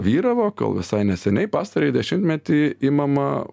vyravo kol visai neseniai pastarąjį dešimtmetį imama